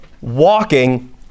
walking